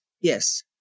Yes